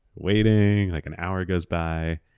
waiting. like an hour goes by.